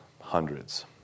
hundreds